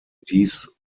dies